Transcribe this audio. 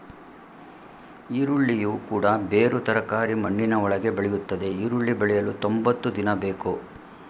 ಈರುಳ್ಳಿಯು ಕೂಡ ಬೇರು ತರಕಾರಿ ಮಣ್ಣಿನ ಒಳಗೆ ಬೆಳೆಯುತ್ತದೆ ಈರುಳ್ಳಿ ಬೆಳೆಯಲು ತೊಂಬತ್ತು ದಿನ ಬೇಕು